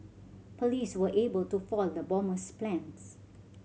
police were able to foil the bomber's plans